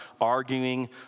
arguing